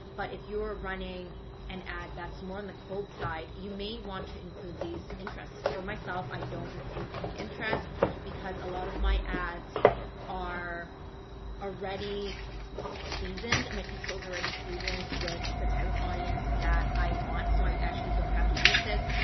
but if you are running an ad that's more on the cold side, you may want to include these interests. for myself, i don't include any interests because a lot of my ads are already seasoned. my pixel is already seasoned with the type of audience that i want. so i actually don't have to use this.